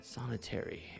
Sonitary